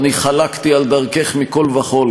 אני חלקתי על דרכך מכול וכול,